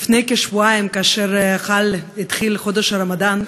לפני כשבועיים, כאשר התחיל חודש הרמדאן,